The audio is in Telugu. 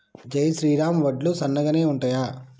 జై శ్రీరామ్ వడ్లు సన్నగనె ఉంటయా?